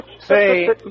Say